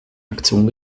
aktion